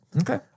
Okay